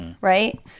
right